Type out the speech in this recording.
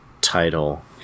title